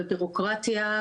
לבירוקרטיה,